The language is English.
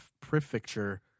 prefecture